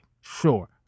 Sure